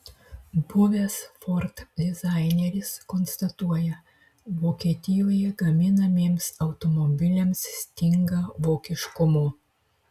buvęs ford dizaineris konstatuoja vokietijoje gaminamiems automobiliams stinga vokiškumo